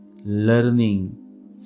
learning